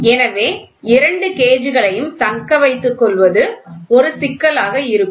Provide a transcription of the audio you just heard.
எனவே இரண்டு கேஜ்களையும் தக்கவைத்துக்கொள்வது ஒரு சிக்கலாக இருக்கும்